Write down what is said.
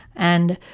and,